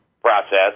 process